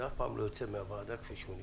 זה אף פעם לא יוצא מהוועדה כפי שזה נכנס.